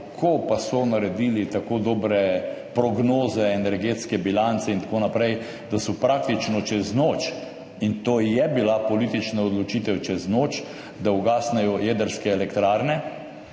kako pa so naredili tako dobre prognoze, energetske bilance in tako naprej, da so praktično čez noč, in to je bila politična odločitev čez noč, da ugasnejo jedrske elektrarne,